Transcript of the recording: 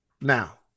Now